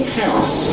house